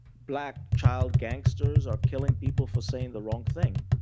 black child gangsters are killing people for saying the wrong thing.